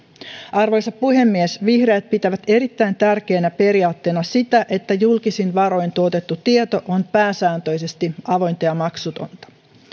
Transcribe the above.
arvoisa puhemies vihreät pitävät erittäin tärkeänä periaatteena sitä että julkisin varoin tuotettu tieto on pääsääntöisesti avointa ja maksutonta